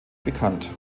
bekannt